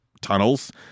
tunnels